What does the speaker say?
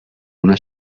una